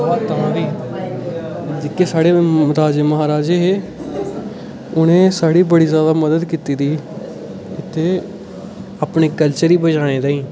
तां बी जेह्के साढ़े राजे महाराजें हे उ'नें साढ़ी बड़ी जैदा मदद कीती दी ते अपने कल्चर ई बचाने ताईं